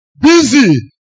busy